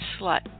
slut